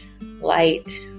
light